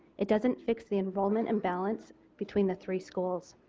it doesn't fix the enrollment imbalance between the three schools.